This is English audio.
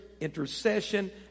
Intercession